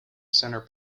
centre